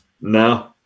No